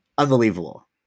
Unbelievable